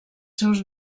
seus